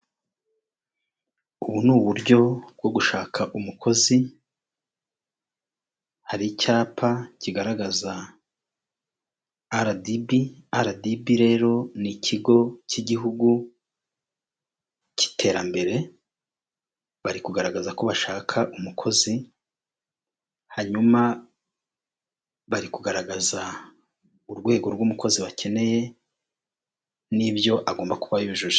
Ubu ni uburyo bwo gushaka umukozi, hari icyapa kigaragaza aradibi. Aradibi rero ni ikigo cy'igihugu cy'iterambere bari kugaragaza ko bashaka umukozi, hanyuma bari kugaragaza urwego rw'umukozi bakeneye nibyo agomba kuba yujuje.